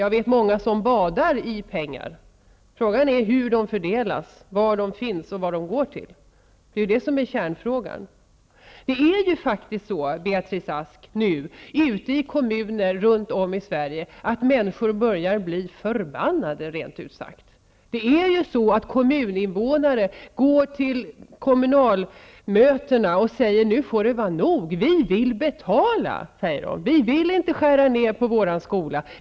Jag vet många som badar i pengar. Frågan är hur pengarna fördelas, var de finns och vad de går till. Det är det som är kärnfrågan. Ute i kommuner runt om i Sverige är det nu så, Beatrice Ask, att människor börjar bli förbannade, rent ut sagt. Kommuninvånare går till kommunsammanträdena och säger att det får vara nog nu: ''Vi vill betala. Vi vill inte skära ned på vår skola.